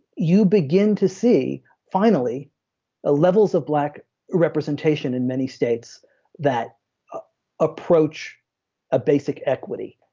you begin to see finally a levels of black representation in many states that approach a basic equity.